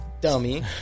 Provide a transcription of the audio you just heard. Dummy